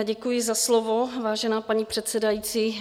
Děkuji za slovo, vážená paní předsedající.